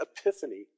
epiphany